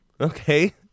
okay